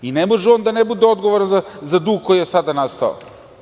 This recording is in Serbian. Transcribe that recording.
Ne može on da ne bude odgovoran za dug koji je sada nastao.